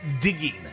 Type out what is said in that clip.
digging